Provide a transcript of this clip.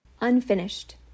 unfinished